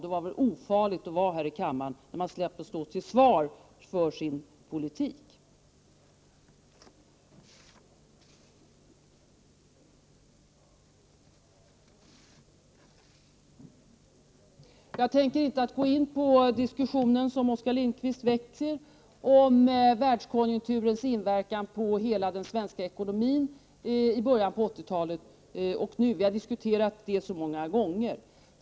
Det var väl då ofarligt att vara här i kammaren, när man slapp att stå till svars för sin politik. Jag tänker inte gå in på den diskussion som Oskar Lindkvist väckte om hur världskonjunkturen inverkat på hela den svenska ekonomin i början på 80-talet resp. i nuvarande läge. Vi har diskuterat det så många gånger förr.